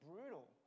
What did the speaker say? brutal